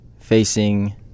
facing –